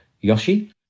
Yoshi